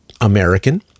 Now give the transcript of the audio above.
American